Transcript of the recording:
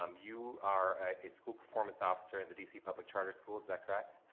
um you are a school performance officer in the dc public charter school, is that correct?